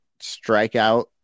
strikeout